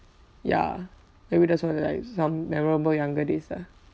ya maybe that's one of the like some memorable younger days lah